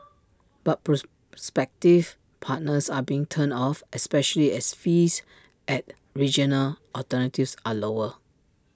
but prospective partners are being turned off especially as fees at regional alternatives are lower